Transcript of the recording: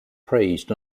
praised